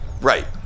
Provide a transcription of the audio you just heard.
Right